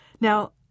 Now